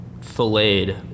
filleted